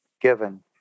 given